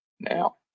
Now